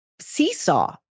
seesaw